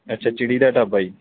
ਅੱਛਾ ਚਿੜੀ ਦਾ ਢਾਬਾ ਜੀ